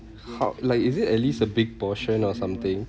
like is it at least a big portion or something